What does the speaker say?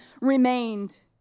remained